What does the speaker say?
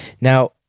Now